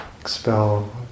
expel